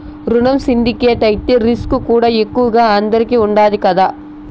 రునం సిండికేట్ అయితే రిస్కుకూడా ఎక్కువగా అందరికీ ఉండాది కదా